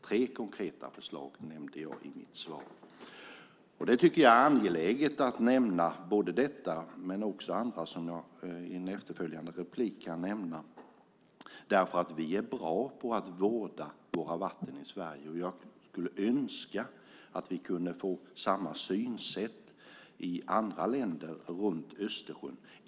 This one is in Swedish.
Tre konkreta förslag nämnde jag i mitt svar. Vi är bra på att vårda våra vatten i Sverige, och det tycker jag är angeläget att nämna. Jag skulle önska att vi kunde få samma synsätt i andra länder runt Östersjön.